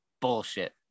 bullshit